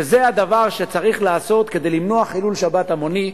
שזה הדבר שצריך לעשות כדי למנוע חילול שבת המוני,